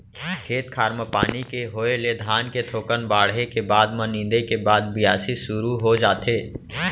खेत खार म पानी के होय ले धान के थोकन बाढ़े के बाद म नींदे के बाद बियासी सुरू हो जाथे